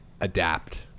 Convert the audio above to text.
adapt